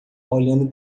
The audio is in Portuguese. olhando